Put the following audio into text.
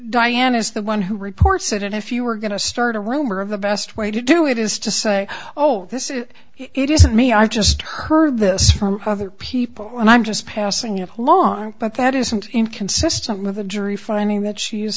diane is the one who reports it and if you are going to start a rumor of the best way to do it is to say oh this is it isn't me i just heard this from other people and i'm just passing it along but that isn't inconsistent with a jury finding that she